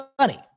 money